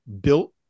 built